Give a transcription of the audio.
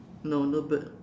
no no bird